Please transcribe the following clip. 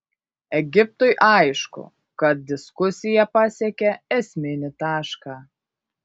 egiptui aišku kad diskusija pasiekė esminį tašką